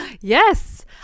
yes